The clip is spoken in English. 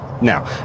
Now